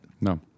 No